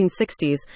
1960s